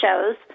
shows